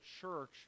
church